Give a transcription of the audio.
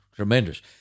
Tremendous